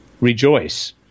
rejoice